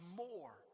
more